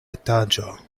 etaĝo